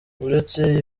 uretse